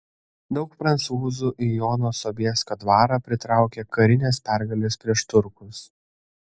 daug prancūzų į jono sobieskio dvarą pritraukė karinės pergalės prieš turkus